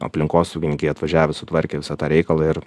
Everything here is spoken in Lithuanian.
aplinkosaugininkai atvažiavę sutvarkė visą tą reikalą ir